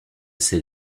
ses